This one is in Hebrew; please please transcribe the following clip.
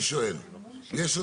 נתייעץ עם